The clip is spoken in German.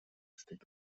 steht